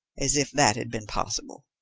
as if that had been possible!